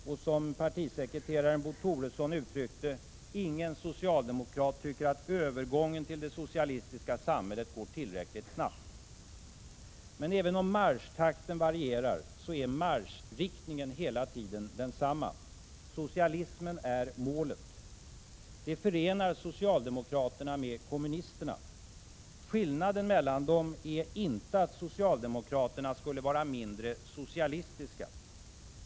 Och, som partisekreteraren Bo Toresson uttryckt det, ingen socialdemokrat tycker att övergången till det socialistiska samhället går tillräckligt snabbt. Men även om marschtakten varierar är marschriktningen hela tiden densamma. Socialismen är målet. Det förenar socialdemokraterna med kommunisterna. Skillnaden mellan dem är inte att socialdemokraterna skulle vara mindre socialistiska.